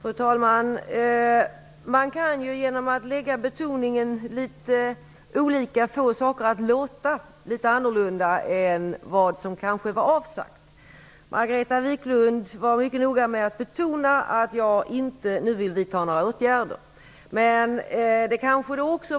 Fru talman! Man kan genom att betona på olika sätt få saker att låta litet annorlunda än vad som kanske var avsett. Margareta Viklund var mycket noga med att betona att jag inte vill vidta några åtgärder nu.